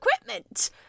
equipment